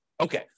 Okay